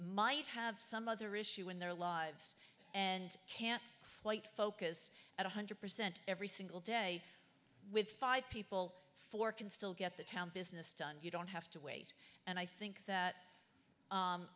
might have some other issue in their lives and can't quite focus at one hundred percent every single day with five people four can still get the town business done you don't have to wait and i think that